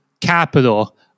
capital